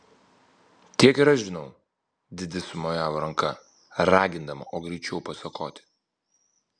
tiek ir aš žinau didi sumojavo ranka ragindama o greičiau pasakoti